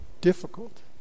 difficult